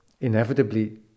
inevitably